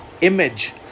image